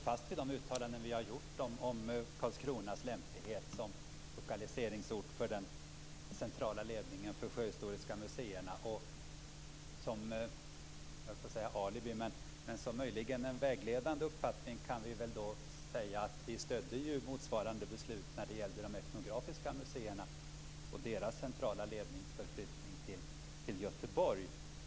Fru talman! Självfallet står vi fast vid de uttalanden som vi har gjort om Karlskronas lämplighet som lokaliseringsort för den centrala ledningen för de sjöhistoriska museerna. Möjligen som en vägledande uppfattning kan vi säga att vi stödde motsvarande beslut när det gällde de etnografiska museerna och deras centrala lednings förflyttning till Göteborg.